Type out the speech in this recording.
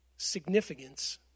significance